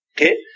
Okay